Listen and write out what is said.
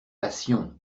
passions